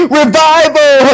revival